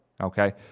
Okay